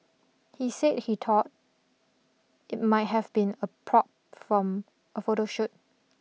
he said he thought it might have been a prop from a photo shoot